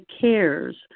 cares